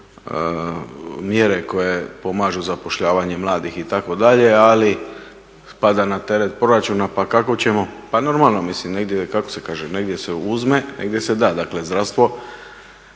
mjere koje pomažu zapošljavanje mladih itd. Ali pada na teret proračuna, pa kako ćemo. Pa normalno, mislim negdje, kako se kaže negdje se uzme, negdje se da. Dakle, zdravstvo